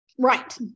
Right